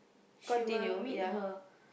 she will meet her